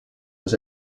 was